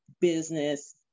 business